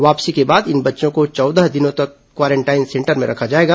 वापसी के बाद इन बच्चों को चौदह दिनों तक क्वारेंटाइन सेंटर में रखा जाएगा